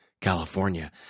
California